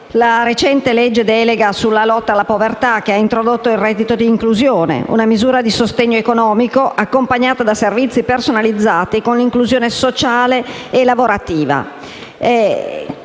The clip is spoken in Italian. la recente legge delega sulla lotta alla povertà, che ha introdotto il reddito di inclusione: una misura di sostegno economico accompagnata da servizi personalizzati con l'inclusione sociale e lavorativa.